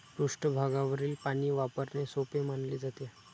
पृष्ठभागावरील पाणी वापरणे सोपे मानले जाते